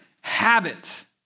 habit